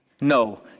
No